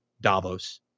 Davos